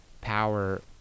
Power